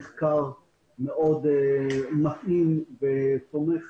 המחקר מאוד מתאים ותומך